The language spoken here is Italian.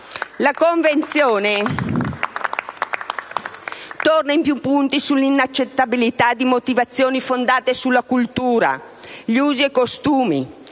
La Convenzione torna in più punti sull'inaccettabilità di motivazioni fondate sul «la cultura, gli usi e i costumi,